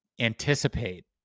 anticipate